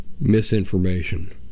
misinformation